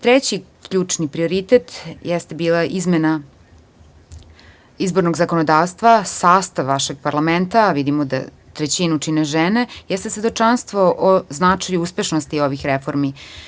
Treći ključni prioritet jeste bila izmena izbornog zakonodavstva, sastav vašeg parlamenta, v idimo da trećinu čine žene, jeste svedočanstvo o značaju uspešnosti ovih reformi.